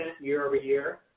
year-over-year